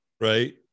right